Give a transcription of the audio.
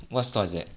what store is that